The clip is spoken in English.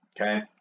Okay